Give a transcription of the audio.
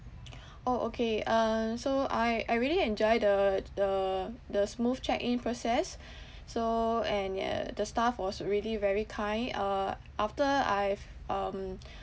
orh okay uh so I I really enjoy the the the smooth check in process so and ya the staff was really very kind uh after I've um